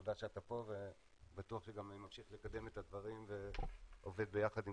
תודה שאתה פה ובטוח שגם אתה ממשיך לקדם את הדברים ועובד ביחד עם